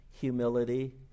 humility